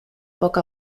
poc